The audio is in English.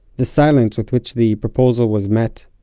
the silence with which the proposal was met,